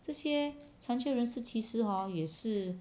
这些残缺人士其实 hor 也是